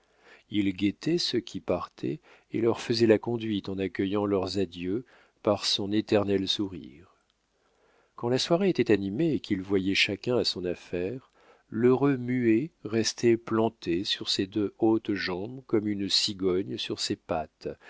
il guettait ceux qui partaient et leur faisait la conduite en accueillant leurs adieux par son éternel sourire quand la soirée était animée et qu'il voyait chacun à son affaire l'heureux muet restait planté sur ses deux hautes jambes comme une cigogne sur ses pattes